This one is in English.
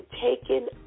taken